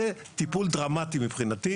זה טיפול דרמטי מבחינתי.